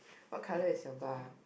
what colour is your bar